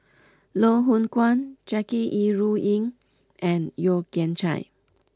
Loh Hoong Kwan Jackie Yi Ru Ying and Yeo Kian Chye